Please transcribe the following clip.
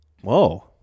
Whoa